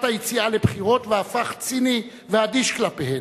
היציאה לבחירות והפך ציני ואדיש כלפיהן?